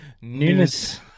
Newness